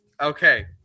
okay